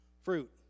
Fruit